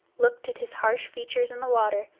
looked at his harsh features in the water,